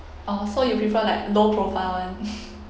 orh so you prefer like low profile one